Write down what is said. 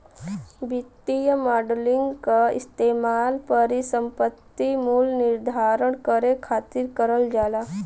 वित्तीय मॉडलिंग क इस्तेमाल परिसंपत्ति मूल्य निर्धारण करे खातिर करल जाला